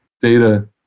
data